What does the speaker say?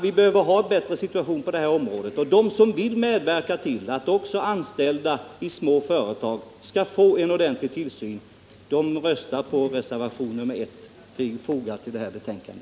Vi behöver ha en bättre situation på detta område. De som vill medverka till att tillsynen över arbetsmiljön blir god även för anställda i små företag röstar på reservationen 1 vid detta betänkande.